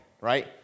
right